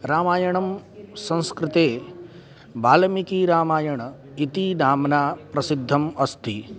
रामायणं संस्कृते वाल्मीकिरामायणम् इति नाम्ना प्रसिद्धम् अस्ति